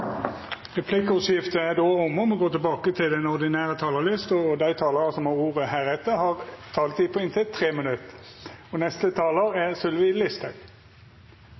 Replikkordskiftet er omme. De talere som heretter har ordet, har en taletid på inntil